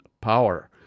Power